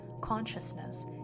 consciousness